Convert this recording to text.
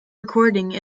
recording